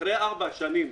אחרי ארבע שנים,